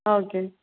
okay